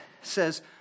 says